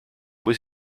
muss